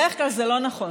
בדרך כלל זה לא נכון,